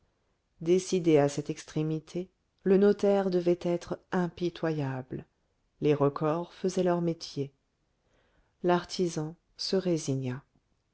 décidé à cette extrémité le notaire devait être impitoyable les recors faisaient leur métier l'artisan se résigna